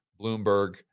Bloomberg